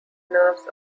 nerves